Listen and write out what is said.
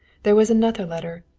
there was another letter,